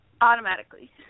Automatically